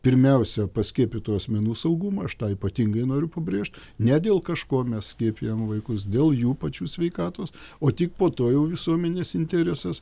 pirmiausia paskiepytų asmenų saugumą aš tą ypatingai noriu pabrėžt ne dėl kažko mes skiepijam vaikus dėl jų pačių sveikatos o tik po to jau visuomenės interesas